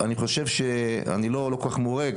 חבר הכנסת